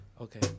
Okay